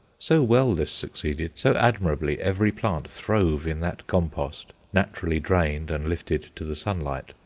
so well this succeeded, so admirably every plant throve in that compost, naturally drained and lifted to the sunlight,